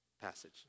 passage